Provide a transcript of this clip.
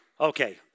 Okay